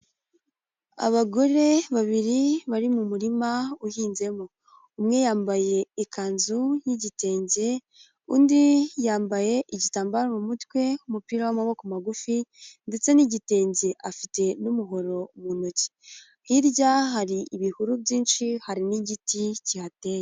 Abagore babiri bari mu murima uhinzemo. Umwe yambaye ikanzu y'igitenge, undi yambaye igitambaro mu mutwe umupira w'amaboko magufi, ndetse n'igitenge afite n'umuhoro mu ntoki hirya hari ibihuru byinshi hari n'igiti kihateye.